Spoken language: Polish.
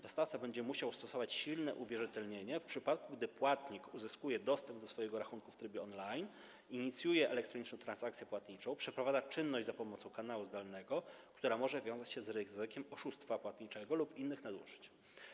Dostawca będzie musiał stosować silne uwierzytelnienie, w przypadku gdy płatnik uzyskuje dostęp do swojego rachunku w trybie on-line, inicjuje elektroniczną transakcję płatniczą, przeprowadza za pomocą kanału zdalnego czynność, która może wiązać się z ryzykiem oszustwa płatniczego lub innych nadużyć.